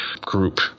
Group